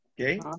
Okay